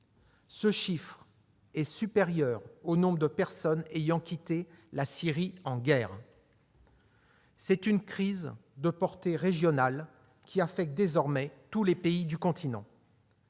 Ce chiffre est supérieur au nombre de personnes ayant quitté la Syrie en guerre ! C'est une crise de portée régionale qui affecte désormais tous les pays du continent.